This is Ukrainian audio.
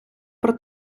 про